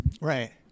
Right